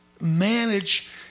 manage